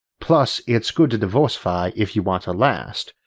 plus it's good to diversify if you want to last,